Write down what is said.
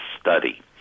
study